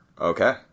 Okay